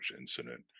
incident